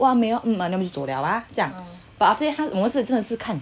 !wah! 很美 hor then 就走 liao ah 这样